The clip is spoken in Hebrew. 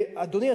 אדוני,